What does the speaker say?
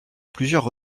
plusieurs